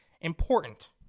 important